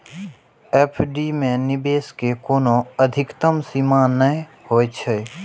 FD मे निवेश के कोनो अधिकतम सीमा नै होइ छै